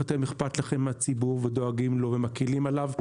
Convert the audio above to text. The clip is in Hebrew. אתם אכפת לכם מהציבור ודואגים לו ומקלים עליו.